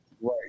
Right